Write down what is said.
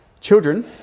Children